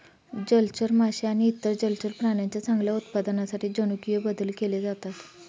जलचर मासे आणि इतर जलचर प्राण्यांच्या चांगल्या उत्पादनासाठी जनुकीय बदल केले जातात